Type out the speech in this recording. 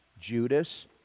judas